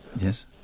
Yes